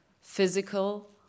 physical